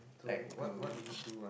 like to